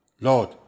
Lord